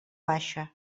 baixa